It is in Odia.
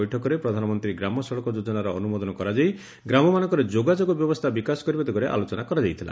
ବୈଠକରେ ପ୍ରଧାନମନ୍ତୀ ଗ୍ରାମ ସଡ଼କ ଯୋଜନାର ଅନୁମୋଦନ କରାଯାଇ ଗ୍ରାମମାନଙ୍କରେ ଯୋଗାଯୋଗ ବ୍ୟବସ୍ଥା ବିକାଶ କରିବା ଦିଗରେ ଆଲୋଚନା କରାଯାଇଥିଲା